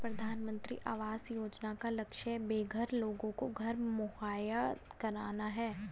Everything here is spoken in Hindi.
प्रधानमंत्री आवास योजना का लक्ष्य बेघर लोगों को घर मुहैया कराना है